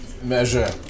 measure